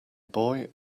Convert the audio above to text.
boy